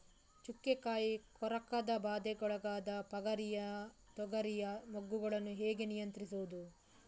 ಚುಕ್ಕೆ ಕಾಯಿ ಕೊರಕದ ಬಾಧೆಗೊಳಗಾದ ಪಗರಿಯ ತೊಗರಿಯ ಮೊಗ್ಗುಗಳನ್ನು ಹೇಗೆ ನಿಯಂತ್ರಿಸುವುದು?